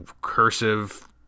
cursive